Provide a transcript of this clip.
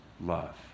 love